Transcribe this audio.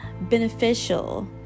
beneficial